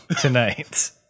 tonight